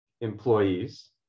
employees